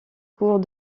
cours